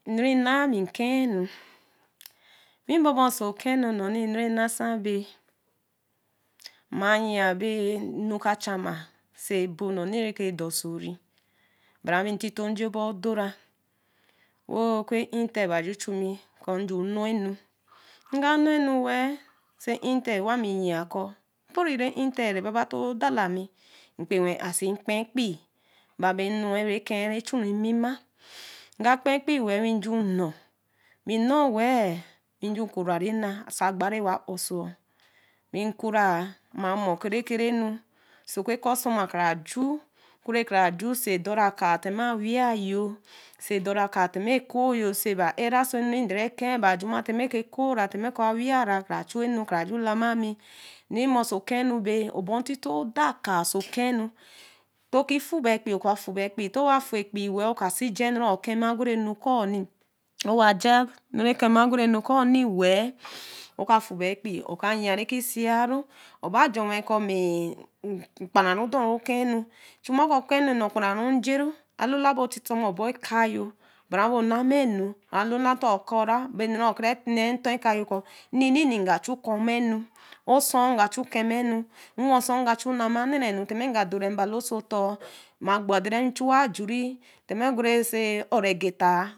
Err re noā be nkenu we babaso okenu-nu ɛnu re nasa be ma yii be ɛnu ka jaman so ɛbo nor reke dorsoi bra be ntito nja obor odo-na we oka intel ba ju chu me kɔ̄ ju knorno nga knornu wel so intel we we ami yii kɔ̄ ɛpori re intel rebaba to dalami nnkpewen ae si kpen ɛkpii ba mi knou be reke ejuu nmima nga ɛkpen ɛkpii wed we juu knou, be knou wel we jun nkru-u rena oso agba rewal arsō bde kru-u ma mou ɛke-ɛke-ri ɛnu sa oku customer kra juu bay dorakaa tema oku aweyor say dorakaa tema ɛkoo-yor arre so ɛnu redor-be kee ba juma tema ɛkoo-oh tema oku aweena kra chunu kra june lamama re morso okenu be obor teto dorkaa so okenu tooke fubar ɛkpii to wa fal ba wel oka si ja ɛnu re own kema ogru no kɔ̄-oh tewa jaa ɛnu ra own kema gru-nu kɔ̄ wel wo ka ful be ɛkpii oka yii reke sii-o reba jonwe kɔ̄ kporoo dori okenu juma kɔ̄ nnee kpronn njayi alola be tetemo boree ka yor bra bo nnamanu be alola te own corra ba own kra nee tor kayor kɔ̄ nnenni nja chu corma ɛnu osoo-oh nka kema we s-oh nga chu nama naranu tema be dore mbalo oso tor tere chu ajuri tema a te uuro agita-a